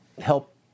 help